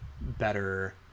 better